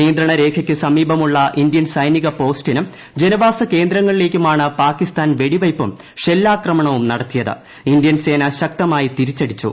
നിയന്ത്രണ രേഖയ്ക്ക് സമീപമുള്ള ഇന്ത്യൻ സൈനിക പ്ലോസ്റ്റിനും ജനവാസ കേന്ദ്രങ്ങളിലേക്കുമാണ് പാകിസ്മാൻ വെടിവെയ്പ്പും ഷെല്ലാക്രമണവും നടത്തിയത്ക്ക് ഇന്ത്യൻസേന ശക്തമായ തിരിച്ചുടിച്ചു